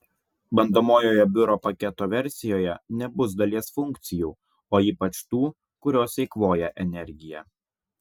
bandomojoje biuro paketo versijoje nebus dalies funkcijų o ypač tų kurios eikvoja energiją